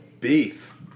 Beef